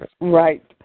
Right